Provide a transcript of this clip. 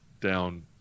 down